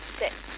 six